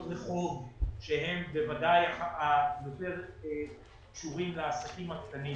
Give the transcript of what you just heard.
הרחוב שהן בוודאי יותר קשורות לעסקים הקטנים